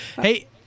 Hey